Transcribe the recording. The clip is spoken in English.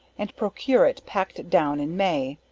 and procure it pack'd down in may,